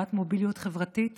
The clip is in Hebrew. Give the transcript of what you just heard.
ביצירת מוביליות חברתית